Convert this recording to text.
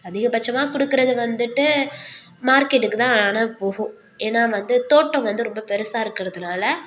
அதிகபட்சமா கொடுக்கறது வந்துட்டு மார்க்கெட்டுக்கு தான் ஆனால் போகும் ஏனால் வந்து தோட்டம் வந்து ரொம்ப பெரிசா இருக்கிறதுனால